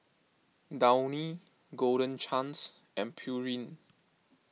Downy Golden Chance and Pureen